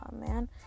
man